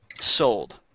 sold